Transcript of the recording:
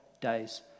days